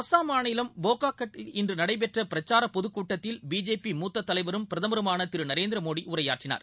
அசாம் மாநிலம் போகாகட்டில் இன்றுநடைபெற்றபிரச்சாரப் பொதுக்கூட்டத்தில் பிஜேபி மூத்ததலைவரும் பிரமதருமானதிருநரேந்திரமோடிஉரையாற்றினார்